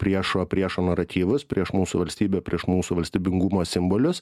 priešo priešo naratyvus prieš mūsų valstybę prieš mūsų valstybingumo simbolius